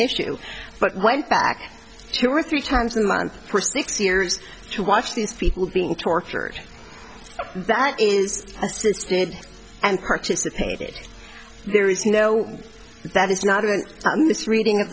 issue but went back two or three times a month for six years to watch these people being tortured that is good and participated there is no that is not an on this reading